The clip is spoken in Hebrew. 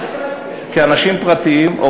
כאנשים פרטיים,